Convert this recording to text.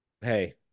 hey